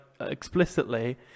explicitly